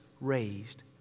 raised